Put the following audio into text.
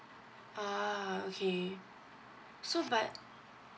ah okay so but